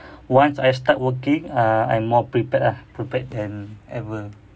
once I start working ah I'm more prepared ah prepared than ever